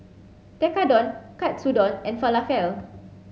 Tekkadon Katsudon and Falafel